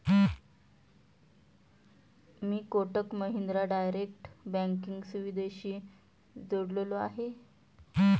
मी Kotak Mahindra direct banking सुविधेशी जोडलेलो आहे?